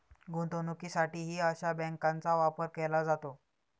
गुंतवणुकीसाठीही अशा बँकांचा वापर केला जातो